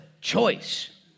choice